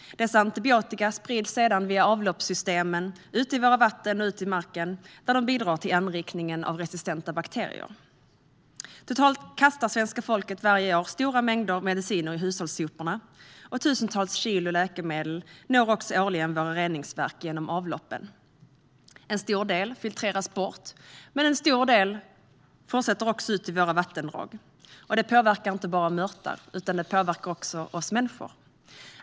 Antibiotikan sprids sedan via avloppssystem ut i vatten och mark, där den bidrar till anrikningen av resistenta bakterier. Totalt kastar svenska folket varje år stora mängder mediciner i hushållssoporna, och tusentals kilo läkemedel når också årligen våra reningsverk genom avloppen. En stor del filtreras bort, men mycket fortsätter ut i våra vattendrag. Detta påverkar inte bara mörtar, utan det påverkar också oss människor.